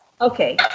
Okay